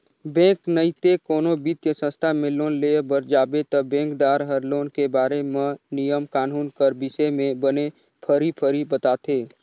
bank नइते कोनो बित्तीय संस्था में लोन लेय बर जाबे ता बेंकदार हर लोन के बारे म नियम कानून कर बिसे में बने फरी फरी बताथे